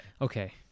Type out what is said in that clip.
Okay